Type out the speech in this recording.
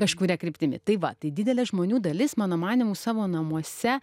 kažkuria kryptimi tai va tai didelė žmonių dalis mano manymu savo namuose